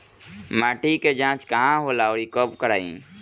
माटी क जांच कहाँ होला अउर कब कराई?